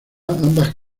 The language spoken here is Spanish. ambas